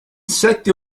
sette